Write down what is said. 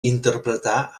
interpretar